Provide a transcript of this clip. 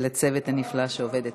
ולצוות הנפלא שעובד אתם.